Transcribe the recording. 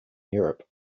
europe